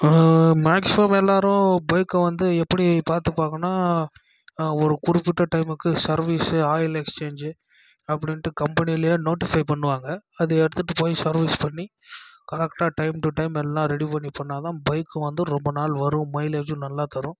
maximum எல்லாரும் பைக்கை வந்து எப்படி பார்த்துப்பாங்கனா ஒரு குறிப்பிட்ட டைமுக்கு சர்வீஸு ஆயில் எக்ஸ்சேஞ்சு அப்படின்ட்டு கம்பெனியில நோட்டிஃபை பண்ணுவாங்க அது எடுத்துகிட்டு போய் சர்வீஸ் பண்ணி கரெக்டாக டைம் டு டைம் நல்லா ரெடி பண்ணி பண்ணா தான் பைக் வந்து ரொம்ப நாள் வரும் மைலேஜும் நல்லா தரும்